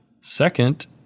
Second